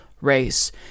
race